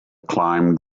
climbed